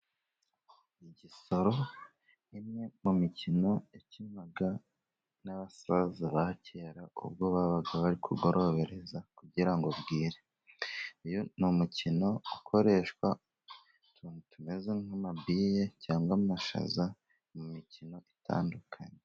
Igisoro imwe mu mikino yakinwaga n'abasaza ba kera, ubwo babaga bari kugorobereza kugirango ngo bwire. Uyu ni umukino ukoreshwa n'utuntu tumeze nk'amabiye cyangwa amashaza mu mikino itandukanye.